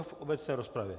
V obecné rozpravě.